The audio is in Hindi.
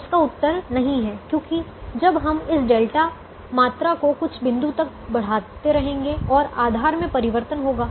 इसका उत्तर नहीं है क्योंकि जब हम इस डेल्टा मात्रा को कुछ बिंदु पर बढ़ाते रहेंगे तो आधार में परिवर्तन होगा